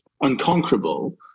unconquerable